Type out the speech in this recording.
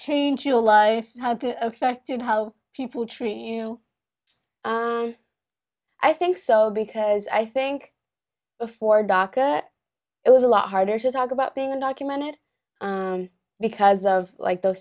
change your life affected how people treat you i think so because i think before dhaka it was a lot harder to talk about being undocumented because of like those